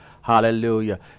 Hallelujah